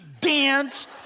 dance